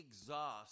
exhaust